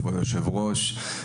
כבוד היושב-ראש.